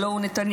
הלוא הוא נתניהו,